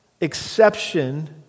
exception